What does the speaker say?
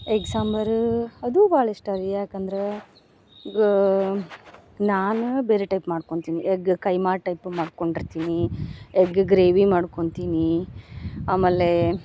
egg sambar ಅದು ಭಾಳ ಇಷ್ಟ ರೀ ಯಾಕಂದ್ರೆ ಗ ನಾನು ಬೇರೆ ಟೈಪ್ ಮಾಡ್ಕೊಂತೀನಿ ಎಗ್ ಕೈಮಾ ಟೈಪ್ ಮಾಡ್ಕೊಂಡಿರ್ತೀನಿ ಎಗ್ ಗ್ರೇವಿ ಮಾಡ್ಕೊಂತಿನಿ ಆಮೇಲೆ